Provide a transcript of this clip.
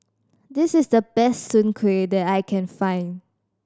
this is the best Soon Kueh that I can find